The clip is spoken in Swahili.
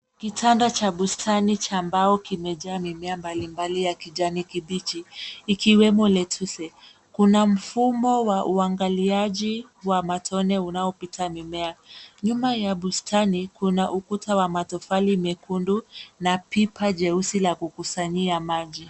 Kitanda cha bustani cha mbao kimejaa mimea mbalimbali ya kijani kibichi ikiwemo lettuce . Kuna mfumo wa uangaliaji wa matone unaopita mimea. Nyuma ya bustani kuna ukuta wa matofali miekundu na pipa jeusi la kukusanyia maji.